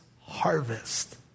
harvest